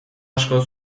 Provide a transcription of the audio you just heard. asko